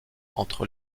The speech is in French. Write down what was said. entre